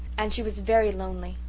and she was very lonely,